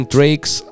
Tricks